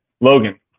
Logan